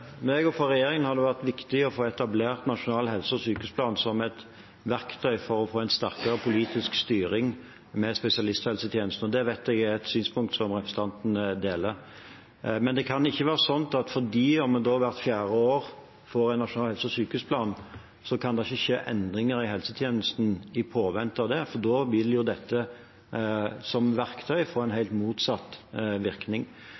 meg og regjeringen har det vært viktig å få etablert nasjonal helse- og sykehusplan som et verktøy for å få en sterkere politisk styring med spesialisthelsetjenesten. Det vet jeg er et synspunkt som representanten deler. Men det kan ikke være sånn at fordi man får en nasjonal helse- og sykehusplan hvert fjerde år, kan det ikke i påvente av det skje endringer i helsetjenesten. Da vil jo dette som verktøy få en helt motsatt virkning.